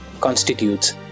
constitutes